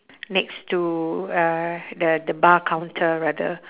next to uh the the bar counter rather